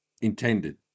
intended